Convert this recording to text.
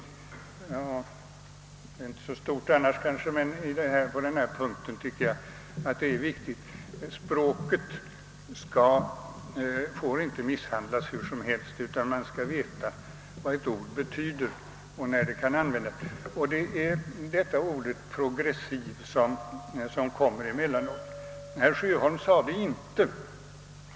Annars är detta kanske inte så stort, men på denna punkt tycker jag att det är viktigt med ordning. Språket får inte misshandlas hur som helst, utan man skall veta vad ett ord betyder och när det kan användas. Det gäller ordet »progressiv» som emellanåt förekommer. Herr Sjöholm använde inte det ordet.